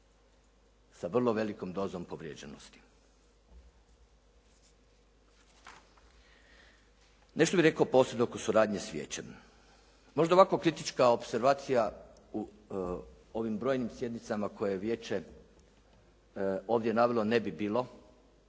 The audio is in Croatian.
sa vrlo velikom dozom povrijeđenosti. Nešto bih rekao posebno oko suradnje s vijećem. Možda ovako kritička opservacija u ovim brojnim sjednicama koje je vijeće ovdje navelo ne bi bilo